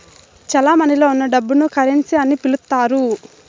చెలమణిలో ఉన్న డబ్బును కరెన్సీ అని పిలుత్తారు